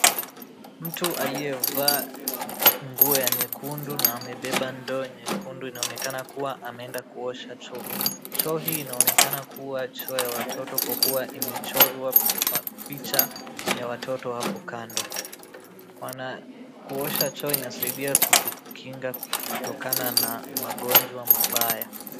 Mtu aliyevaa nguo nyekundu na amebeba ndoo nyekundu inaonekana kuwa ameenda kuosha choo. Choo hii inaonekana kuwa choo ya watoto kwa kuwa imechorwa picha za watoto hapo kando. Kuosha choo inasaidia kutukinga kutokana na magonjwa mabaya.